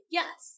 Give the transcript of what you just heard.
yes